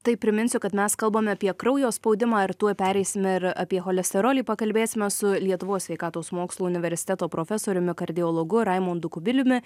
tai priminsiu kad mes kalbam apie kraujo spaudimą ir tuoj pereisime ir apie cholesterolį pakalbėsime su lietuvos sveikatos mokslų universiteto profesoriumi kardiologu raimondu kubiliumi